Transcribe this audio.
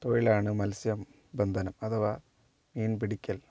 തൊഴിലാണ് മത്സ്യ ബന്ധനം അഥവാ മീൻ പിടിക്കൽ